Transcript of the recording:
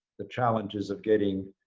the challenges of getting